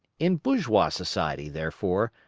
in bourgeois society, therefore,